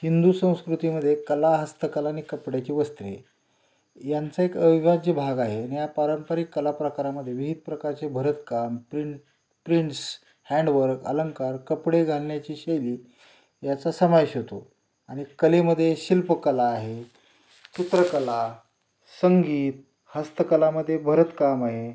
हिंदू संस्कृतीमध्ये कला हस्तकला आणि कपड्याची वस्त्रे यांचा एक अविभाज्य भाग आहे या पारंपरिक कलाप्रकारामधे विविध प्रकारचे भरतकाम प्रिंट प्रिंट्स हँडवर्क अलंंकार कपडे घालण्याची शैली याचा समावेश होतो आणि कलेमध्ये शिल्पकला आहे चित्रकला संगीत हस्तकलामध्ये भरतकाम आहे